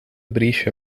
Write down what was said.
briesje